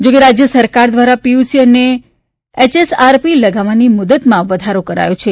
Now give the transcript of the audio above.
જાકે રાજ્ય સરકાર દ્વારા પીયુસી અને એયએસઆરપી લગાવવાની મુદ્દતમાં વધારો કરાયો છે